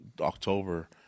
October